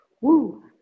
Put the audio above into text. Woo